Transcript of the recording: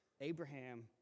Abraham